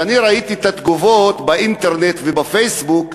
שאני ראיתי את התגובות באינטרנט ובפייסבוק,